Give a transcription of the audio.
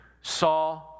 saw